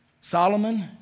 Solomon